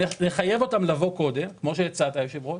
נחייב אותם לבוא קודם כמו שהצעת, היושב-ראש.